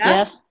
Yes